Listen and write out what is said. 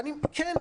אז כן,